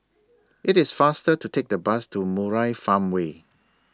IT IS faster to Take The Bus to Murai Farmway